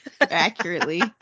accurately